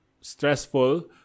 stressful